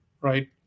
right